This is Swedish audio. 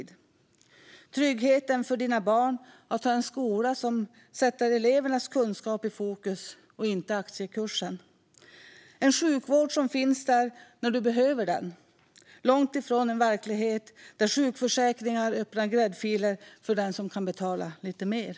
Det handlar om tryggheten för dina barn att ha en skola som sätter elevernas kunskap i fokus och inte aktiekursen och om en sjukvård som finns där när du behöver den, långt ifrån en verklighet där sjukförsäkringar öppnar gräddfiler för den som kan betala lite mer.